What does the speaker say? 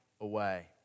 away